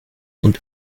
und